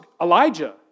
Elijah